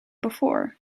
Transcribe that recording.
before